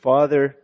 Father